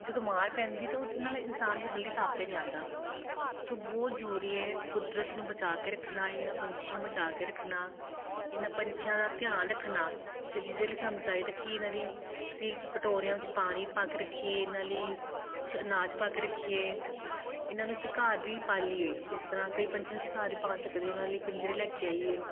ਜਦੋਂ ਮਾਰ ਪੈਂਦੀ ਤਾਂ ਉਹਦੇ ਨਾਲ਼ ਇਨਸਾਨ ਜੋ ਜਲਦੀ ਤਾਪੇ ਨਹੀਂ ਆਉਂਦਾ ਸੋ ਬਹੁਤ ਜ਼ਰੂਰੀ ਹੈ ਕੁਦਰਤ ਨੂੰ ਬਚਾਅ ਕੇ ਰੱਖਣਾ ਇਹਨਾਂ ਪੰਛੀਆਂ ਬਚਾਅ ਕੇ ਰੱਖਣਾ ਇਹਨਾਂ ਪੰਛੀਆਂ ਦਾ ਧਿਆਨ ਰੱਖਣਾ ਅਤੇ ਜਿਹਦੇ ਲਈ ਸਾਨੂੰ ਚਾਹੀਦਾ ਕਿ ਇਹਨਾਂ ਲਈ ਅਸੀਂ ਕਟੋਰਿਆਂ ਵਿੱਚ ਪਾਣੀ ਪਾ ਕੇ ਰੱਖੀਏ ਇਹਨਾਂ ਲਈ ਕੁਛ ਅਨਾਜ ਪਾ ਕੇ ਰੱਖੀਏ ਇਹਨਾਂ ਨੂੰ ਅਸੀਂ ਘਰ ਵੀ ਪਾਲੀਏ ਜਿਸ ਤਰ੍ਹਾਂ ਕਈ ਪੰਛੀਆਂ ਨੂੰ ਅਸੀਂ ਘਰ ਵੀ ਪਾਲ ਸਕਦੇ ਉਹਨਾਂ ਲਈ ਪਿੰਜਰੇ ਲੈ ਕੇ ਆਈਏ